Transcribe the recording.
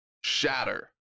shatter